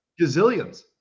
gazillions